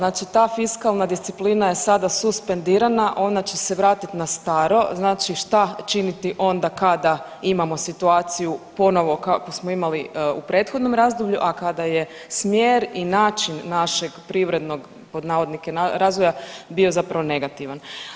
Dakle, ta fiskalna disciplina je sada suspendirana, ona će se vratit na staro, znači šta činiti onda kada imamo situaciju ponovo kakvu smo imali u prethodnom razdoblju, a kada je smjer i način našeg privrednog pod navodnike razvoja bio zapravo negativan.